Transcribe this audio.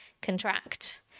contract